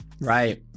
Right